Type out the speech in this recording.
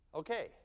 Okay